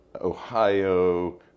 Ohio